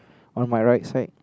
on my right side